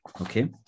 okay